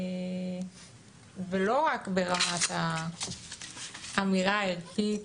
ולא רק ברמת האמירה הערכית,